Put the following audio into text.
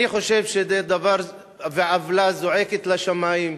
אני חושב שזו עוולה זועקת לשמים.